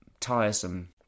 tiresome